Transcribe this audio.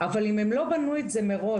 אבל אם הם לא בנו את זה מראש,